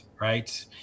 right